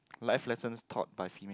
life lesson taught by female